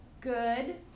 Good